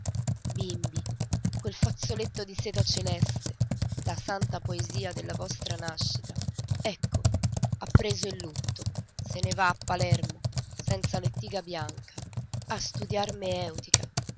bimbi quel fazzoletto di seta celeste la santa poesia della vostra nascita ecco ha preso il lutto se ne va a palermo senza lettiga bianca a studiar